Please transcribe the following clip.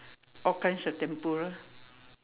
all kinds of tempura